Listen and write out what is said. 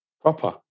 proper